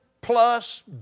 plus